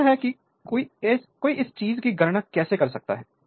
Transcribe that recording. तो यह है कि कोई इस चीज़ की गणना कैसे कर सकता है